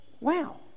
Wow